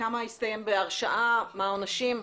כמה הסתיימו בהרשעה ומה העונשים?